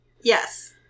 Yes